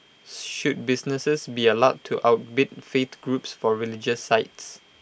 should businesses be allowed to outbid faith groups for religious sites